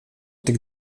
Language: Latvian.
tik